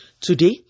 Today